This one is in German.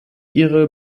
ihre